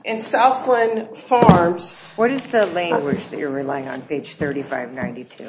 and south one farms what is the language that you're relying on page thirty five ninety two